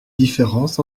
différence